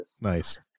Nice